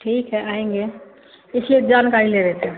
ठीक है आएँगे इसलिए जानकारी ले रहे थे